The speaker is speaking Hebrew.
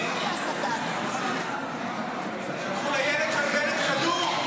שלחו לילד של בנט כדור,